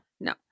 No